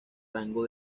rango